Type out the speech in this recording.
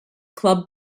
club